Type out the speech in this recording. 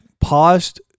paused